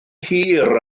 hir